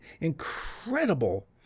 incredible